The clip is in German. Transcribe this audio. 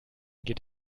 geht